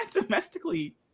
domestically